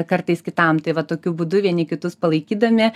kartais kitam tai va tokiu būdu vieni kitus palaikydami